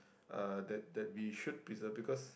uh that that we should preserve because